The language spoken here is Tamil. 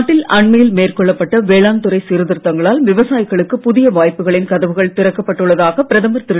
நாட்டில் மேற்கொள்ளப்பட்ட வேளாண் துறை சீர்திருத்தங்களால் விவசாயிகளுக்கு புதிய வாய்ப்புகளின் கதவுகள் திறக்கப்பட்டுள்ளதாக பிரதமர் திரு